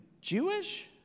Jewish